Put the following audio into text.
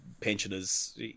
pensioners